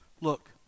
look